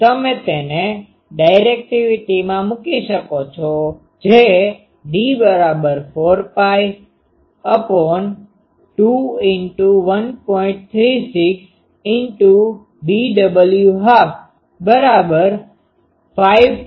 તેથી તમે તેને ડાયરેકટીવીટીમાં મૂકી શકો છો જે D4π2×1